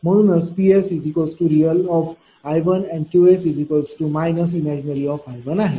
म्हणूनच PsrealI1Qs ImgI1 आहे